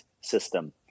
system